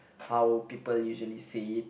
how people usually say it